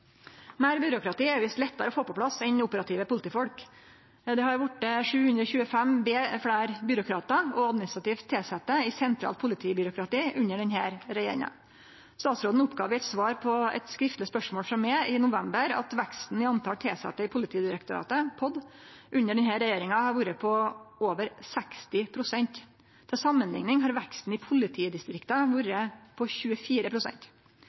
Meir byråkrati er visst lettare å få på plass enn operative politifolk. Det har vorte 725 fleire byråkratar og administrativt tilsette i sentralt politibyråkrati under denne regjeringa. Statsråden oppgav i sitt svar på eit skriftleg spørsmål frå meg i november at veksten i talet på tilsette i Politidirektoratet, POD, under denne regjeringa har vore på over 60 pst. Til samanlikning har veksten i politidistrikta vore på